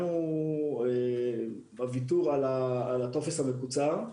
הוויתור על הטופס המקוצר.